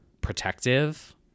protective